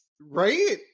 Right